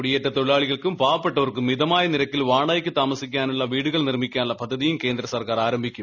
കുടിയേറ്റ തൊഴിലാളികൾക്കും പ്പ്പ്പെട്ടവർക്കും മിതമായ നിരക്കിൽ വാടകയ്ക്ക് തൃാമസിക്കാനുള്ള വീടുകൾ നിർമിക്കാനുള്ള പദ്ധതിയിട്ടും കേന്ദ്ര സർക്കാർ ആരംഭിക്കും